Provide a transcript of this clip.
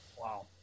Wow